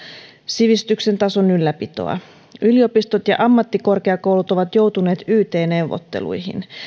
sivistyksen tason ylläpitoa yliopistot ja ammattikorkeakoulut ovat joutuneet yt neuvotteluihin